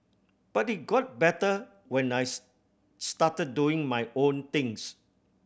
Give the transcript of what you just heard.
but it got better when I started doing my own things